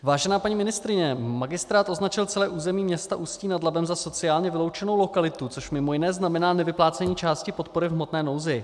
Vážená paní ministryně, magistrát označil celé území města Ústí nad Labem za sociálně vyloučenou lokalitu, což mimo jiné znamená nevyplácení části podpory v hmotné nouzi.